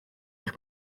eich